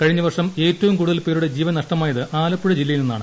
കഴിഞ്ഞ വർഷം ഏറ്റവും കൂടുതൽ പേരുടെ ജീവൻ നഷ്ടമായത് ആലപ്പുഴ ജില്ലയിൽ നിന്നാണ്